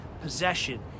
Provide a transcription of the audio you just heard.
possession